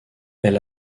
elle